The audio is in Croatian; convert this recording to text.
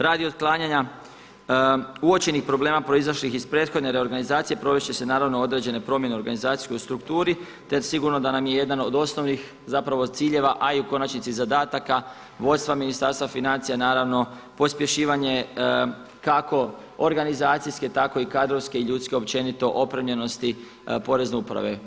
Radi otklanjanja uočenih problema proizašlih iz prethodne reorganizacije, provest će se naravno određene promjene u organizacijskoj strukturi, te sigurno da nam je jedan od osnovnih zapravo ciljeva, a i u konačnici zadataka vodstva Ministarstva financija naravno pospješivanje kako organizacijske tako i kadrovske i ljudske općenito opremljenosti porezne uprave.